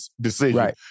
decision